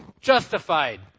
justified